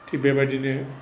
थिक बेबायदिनो